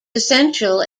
essential